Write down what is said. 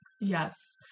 Yes